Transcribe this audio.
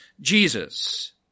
Jesus